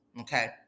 Okay